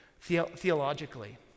theologically